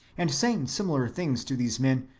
and saying similar things to these men,